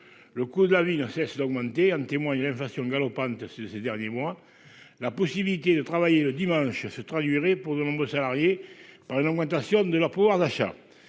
Le coût de la vie ne cesse d'augmenter, comme en témoigne l'inflation galopante de ces derniers mois. La possibilité de travailler le dimanche se traduirait pour de nombreux salariés par une augmentation de leur pouvoir d'achat.